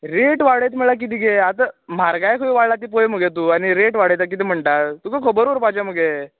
rate वाडयता म्हळ्यार कितें गे आतां म्हारगाय खंय वाडल्या ती पळय मगे तूं आनी रेट वाडय म्हळ्यार कितें म्हुणटा तुका खबर उरपाचें मगे